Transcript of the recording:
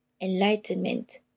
enlightenment